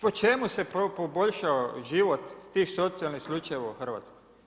Po čemu se poboljšao život tih socijalnih slučajeva u Hrvatskoj?